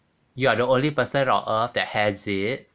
you are the only person on earth that has it